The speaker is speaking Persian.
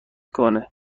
کنه